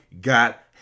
got